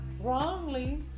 Wrongly